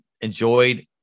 enjoyed